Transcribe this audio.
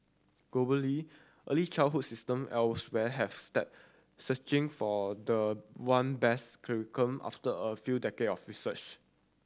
globally early childhood system elsewhere have stepped searching for the one best curriculum after a few decade of research